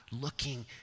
looking